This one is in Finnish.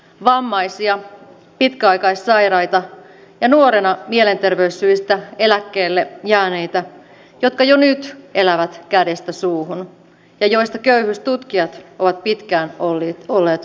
vammaisia pitkäaikaissairaita ja nuorena mielenterveyssyistä eläkkeelle jääneitä jotka jo nyt elävät kädestä suuhun ja joista köyhyystutkijat ovat pitkään olleet huolissaan